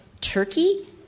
Turkey